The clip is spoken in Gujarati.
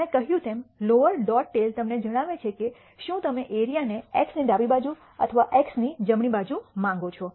મેં કહ્યું તેમ લોઅર ડોટ ટેઈલ તમને જણાવે છે કે શું તમે એરિયા ને x ની ડાબી બાજુ અથવા x ની જમણી બાજુ માંગો છો